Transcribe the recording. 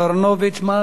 מה השר מציע?